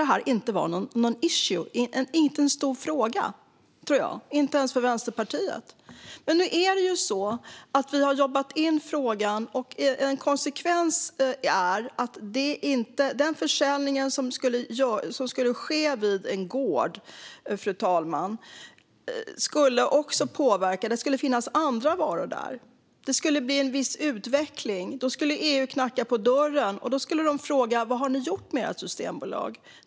Då tror jag inte att det skulle vara någon stor fråga ens för Vänsterpartiet. Men nu är det så att vi har jobbat in frågan, och en konsekvens när det gäller den försäljning som skulle ske vid en gård, där det också skulle finnas andra varor - det skulle bli en viss utveckling - skulle bli att EU knackar på dörren och frågar: Vad har ni gjort med ert systembolag?